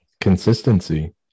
consistency